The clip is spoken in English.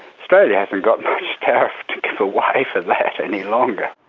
australia hasn't got much tariff to give away for that any longer.